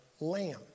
lamb